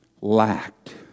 lacked